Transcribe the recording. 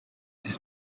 his